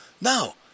No